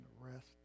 rest